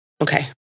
Okay